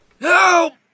Help